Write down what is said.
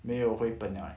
没有回本 liao leh